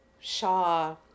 Shaw